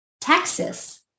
Texas